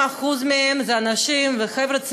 50% מהם הם אנשים וחבר'ה צעירים,